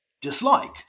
dislike